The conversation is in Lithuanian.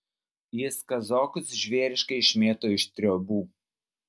jis kazokus žvėriškai išmėto iš triobų